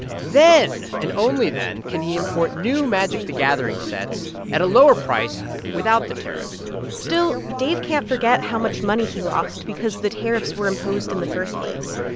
then, and only then, can he import new magic the gathering sets at a lower price without the tariffs still, dave can't forget how much money he lost because the tariffs were imposed in the first place.